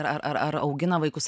ar ar ar augina vaikus